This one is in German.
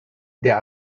der